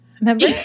Remember